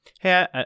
Hey